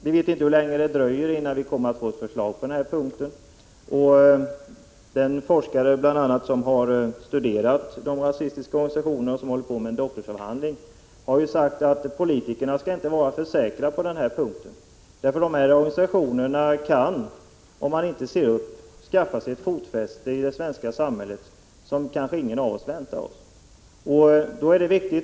Vi vet inte hur länge det dröjer innan vi får ett förslag på den punkten, och bl.a. den forskare som har studerat de rasistiska organisationerna och som håller på med en doktorsavhandling om dem har sagt att politikerna inte skall vara för säkra på den här punkten — de här organisationerna kan, om man inte ser upp, skaffa sig ett fotfäste i det svenska samhället som kanske ingen av oss väntar sig.